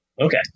Okay